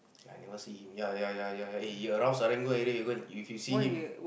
I never see him ya ya ya ya he around Serangoon already you go you go see him